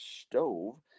Stove